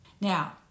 Now